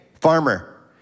farmer